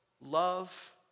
love